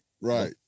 right